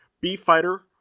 B-Fighter